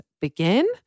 begin